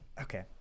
okay